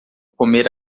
comer